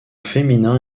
féminin